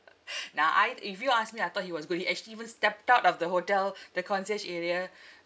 nah I'd if you ask me I thought he was going he actually even stepped out of the hotel the concierge area